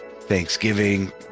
Thanksgiving